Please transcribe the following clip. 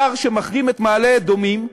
שר שמחרים את מעלה-אדומים,